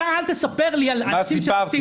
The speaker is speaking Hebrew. אל תספר לי על מעשים שעושים.